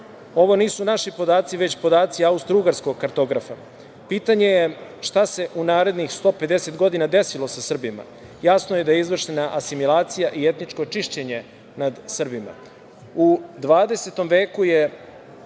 nisu naši podaci već podaci austrougarskog kartografa. Pitanje je šta se u narednih 150 godina desilo sa Srbima? Jasno je da je izvršena asimilacija i etničko čišćenje nad Srbima.U 20. veku,